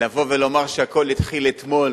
לבוא ולומר שהכול התחיל אתמול